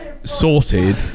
Sorted